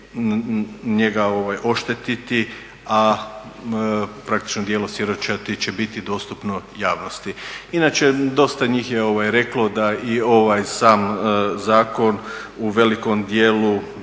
njega oštetiti, a praktičnom dijelu siročadi će biti dostupno javnosti. Inače dosta njih je reklo da i ovaj sam zakon u velikom dijelu